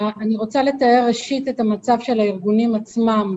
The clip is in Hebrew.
אני רוצה לתאר את מצב הארגונים עצמם.